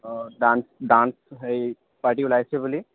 অঁ dance dance হেৰি party ওলাইছোঁ বুলি